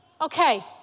Okay